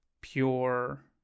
pure